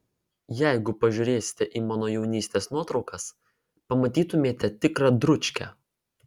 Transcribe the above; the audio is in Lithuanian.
jeigu pažiūrėsite į mano jaunystės nuotraukas pamatytumėte tikrą dručkę